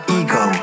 ego